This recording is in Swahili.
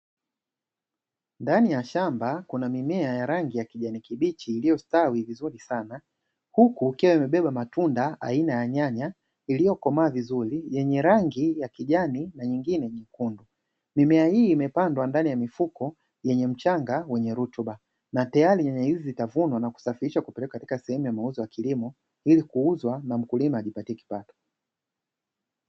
Ndani ya shamba kuna mimea ya rangi ya kijani kibichi iliyostawi vizuri sana huku ikiwa imebeba matunda aina ya nyanya yaliyokomaa vizuri yenye rangi ya kijani na nyingine nyekundu. Mimea hii imepandwa ndani ya mifuko yenye mchanga wenye rutuba na tayari nyanya hizi zitavunwa na kusafirishwa kupelekwa katika sehemu ya mauzo ya kilimo, ili kuuzwa na mkulima ajipatie kipato.